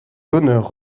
donneur